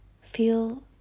Feel